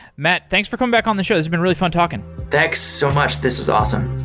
mat, thanks for coming back on the show. it's been really fun talking. thanks so much. this was awesome.